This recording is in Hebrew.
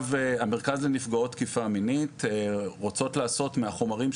המרכז לנפגעות תקיפה מינית רוצות לעשות מהחומר של